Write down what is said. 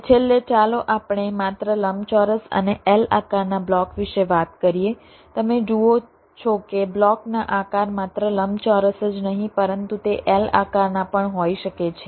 અને છેલ્લે ચાલો આપણે માત્ર લંબચોરસ અને L આકારના બ્લોક વિશે વાત કરીએ તમે જુઓ છો કે બ્લોકના આકાર માત્ર લંબચોરસ જ નહીં પરંતુ તે L આકારના પણ હોઈ શકે છે